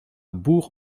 bourg